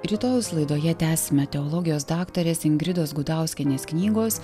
rytojaus laidoje tęsime teologijos daktarės ingridos gudauskienės knygos